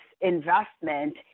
investment